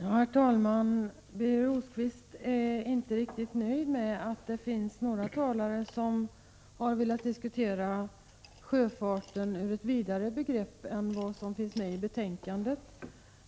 Herr talman! Birger Rosqvist är inte riktigt nöjd med att det finns några talare som har velat diskutera sjöfarten ur ett vidare perspektiv än vad som finns med i betänkandet.